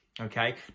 Okay